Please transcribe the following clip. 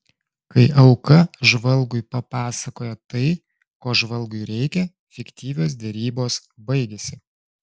kai auka žvalgui papasakoja tai ko žvalgui reikia fiktyvios derybos baigiasi